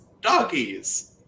doggies